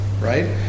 right